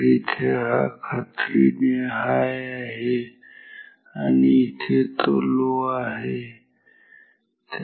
तर इथे हा खात्रीने हाय आहे आणि इथे तो लो असेल